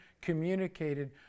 communicated